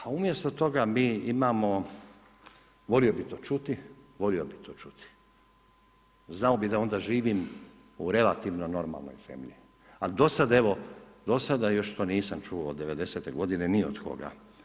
A umjesto toga mi imamo, volio bi to čuti, volio bi to čuti, znao bi da onda živim u relativno normalnoj zemlji, ali dosad evo, dosad još to nisam čuo od 90-te godine ni od koga.